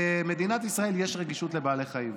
במדינת ישראל יש רגישות לבעלי חיים,